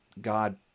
God